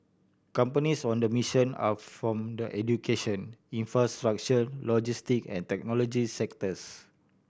companies on the mission are from the education infrastructure logistic and technology sectors